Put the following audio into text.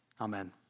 Amen